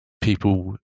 people